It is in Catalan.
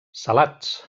salats